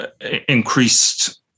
increased